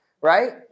right